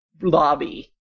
lobby